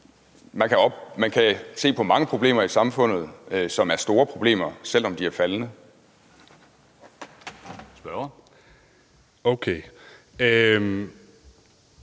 Man kan se mange problemer i samfundet, som er store problemer, selv om de er faldende.